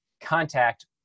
contact